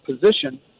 position